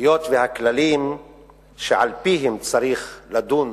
היות שהכללים שעל-פיהם צריך לדון